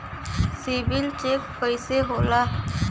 CIBIL check कइसे होला?